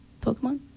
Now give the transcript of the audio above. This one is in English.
Pokemon